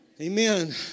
Amen